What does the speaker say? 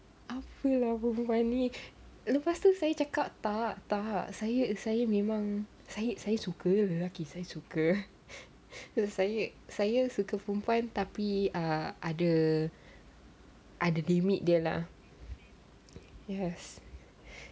apa lah perempuan ni lepas tu saya cakap tak tak saya saya memang saya saya suka lelaki saya suka saya saya suka perempuan tapi ah ada ada limit dia lah yes